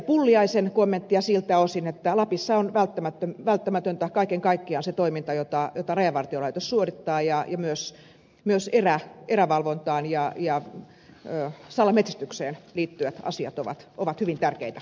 pulliaisen kommenttia siltä osin että lapissa on välttämätöntä kaiken kaikkiaan se toiminta jota rajavartiolaitos suorittaa ja myös erävalvontaan ja salametsästykseen liittyvät asiat ovat hyvin tärkeitä